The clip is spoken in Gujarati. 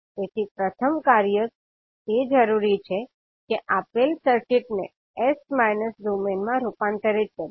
તેથી પ્રથમ કાર્ય કે જે જરૂરી છે તે છે કે આપેલ સર્કિટને s માઈનસ ડોમેઈન માં રૂપાંતરિત કરવી